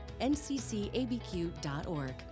nccabq.org